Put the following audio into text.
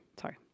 sorry